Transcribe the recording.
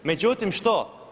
Međutim što?